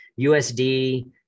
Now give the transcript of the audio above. USD